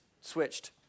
switched